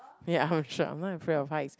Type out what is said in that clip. ya I'm sure I'm not afraid of heights